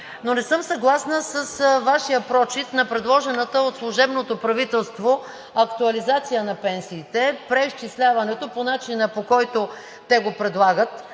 но не съм съгласна с Вашия прочит на предложената от служебното правителство актуализация на пенсиите – преизчисляването по начина, по който те го предлагат.